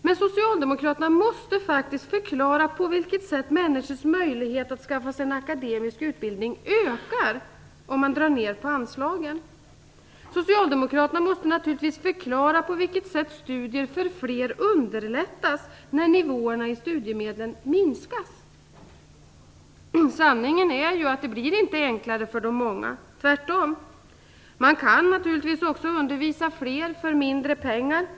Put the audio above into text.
Men Socialdemokraterna måste faktiskt förklara på vilket sätt människors möjlighet att skaffa sig en akademisk utbildning ökar om man drar ned på anslagen. Socialdemokraterna måste naturligtvis förklara på vilket sätt studier för fler underlättas när nivåerna i studiemedlen minskas. Sanningen är att det inte blir enklare för de många - tvärtom. Man kan naturligtvis också undervisa fler för mindre pengar.